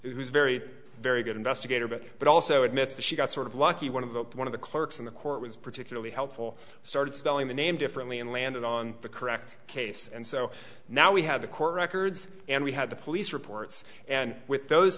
who's very very good investigator but but also admits that she got sort of lucky one of the one of the clerks in the court was particularly helpful started spelling the name differently and landed on the correct case and so now we have the records and we had the police reports and with those